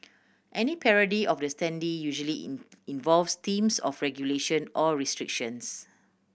any parody of the standee usually in involves themes of regulation or restrictions